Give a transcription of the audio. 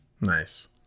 Nice